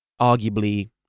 arguably